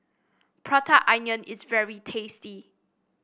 Prata Onion is very tasty